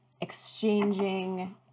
exchanging